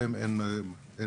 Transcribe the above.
מה